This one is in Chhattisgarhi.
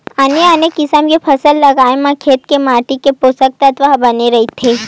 आने आने किसम के फसल लगाए म खेत के माटी के पोसक तत्व ह बने रहिथे